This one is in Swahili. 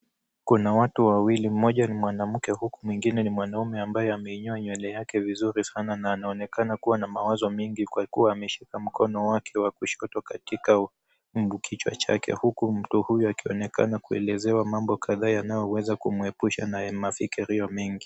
Kuna watu wawili, mmoja ni mwanamke huku mwingine ni mwanaume ambaye ameinyia nywele yake vizuri sana na anaonekana kuwa na mawazo mengi kwa kuwa ameshika mkono wake wa kushoto katika kichwa chake huku mtu huyo akionekana kuelezewa mambo kahdaa yanayoweza kumuepusha na mambo mengi.